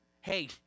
Hey